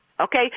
Okay